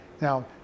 now